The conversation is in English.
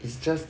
it's just